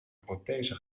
prothese